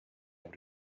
able